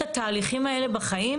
מה שנאמר כאן זה עשרות מיליוני שקלים,